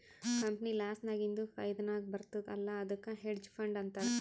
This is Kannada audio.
ಕಂಪನಿ ಲಾಸ್ ನಾಗಿಂದ್ ಫೈದಾ ನಾಗ್ ಬರ್ತುದ್ ಅಲ್ಲಾ ಅದ್ದುಕ್ ಹೆಡ್ಜ್ ಫಂಡ್ ಅಂತಾರ್